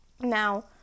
now